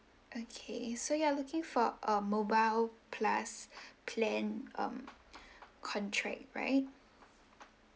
okay so you are looking for a mobile plus plan um contract right